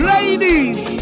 Ladies